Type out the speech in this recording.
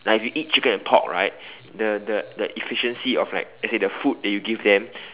like if you eat chicken and pork right the the the efficiency of like let's say the food that you give them